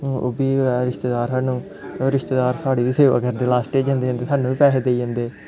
ओह् बी रिश्तेदार सानूं रिश्तेदार साढ़े बी सेवा करदे लास्ट ज जंदे जंदे सानूं बी पैहे देई जंदे